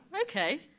Okay